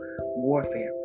warfare